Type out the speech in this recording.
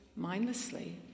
mindlessly